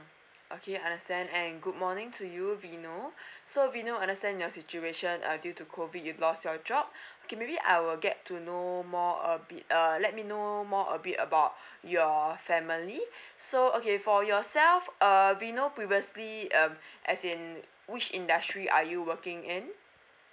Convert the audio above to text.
okay understand and good morning to you vino so vino understand your situation uh due to COVID you lost your job okay maybe I will get to know more a bit err let me know more a bit about your family so okay for yourself err vino previously um as in which industry are you working in